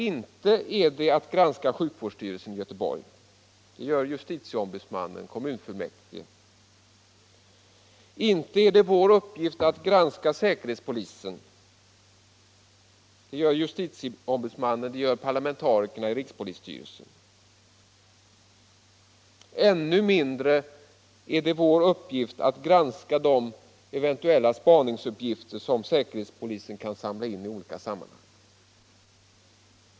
Inte är det att granska sjukvårdsstyrelsen i Göteborg. Det gör kommunfullmäktige och justitieombudsmannen. Inte är det att granska säkerhetspolisen. Det gör justitieombudsmannen och parlamentarikerna i rikspolisstyrelsen. Än mindre är konstitutionsutskottets uppgift att granska det eventuella spaningsmaterial som säkerhetspolisen kan samla in i olika sammanhang.